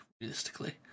realistically